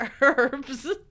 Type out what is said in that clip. herbs